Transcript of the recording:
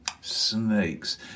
snakes